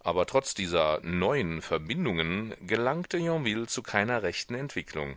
aber trotz dieser neuen verbindungen gelangte yonville zu keiner rechten entwicklung